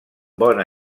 bona